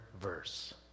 verse